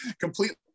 completely